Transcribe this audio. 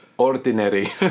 Ordinary